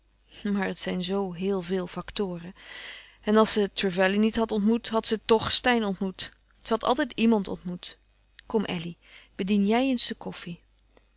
maar het zijn zoo heel veel factoren en als ze trevelley niet had ontmoet had ze tch steyn ontmoet ze had altijd iemand ontmoet kom elly bedien jij eens de koffie